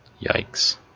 yikes